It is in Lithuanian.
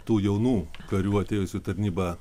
tų jaunų karių atėjusių į tarnybą